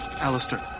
Alistair